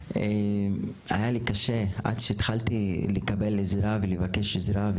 היה לי קשה, עד שהתחלתי לקבל עזרה ולבקש עזרה.